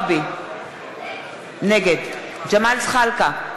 נגד ג'מאל זחאלקה,